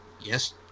Yes